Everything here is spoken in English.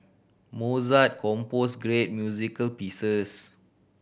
Mozart compose great music pieces